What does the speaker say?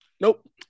Nope